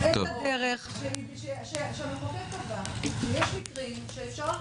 דרך שהמחוקק קבע, שיש מקרים שאפשר